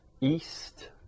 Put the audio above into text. east